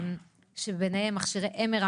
ביניהם מכשירי MRI,